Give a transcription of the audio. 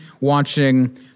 watching